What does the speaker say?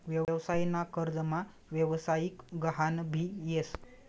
व्यवसाय ना कर्जमा व्यवसायिक गहान भी येस